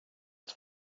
its